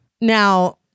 Now